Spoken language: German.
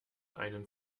einen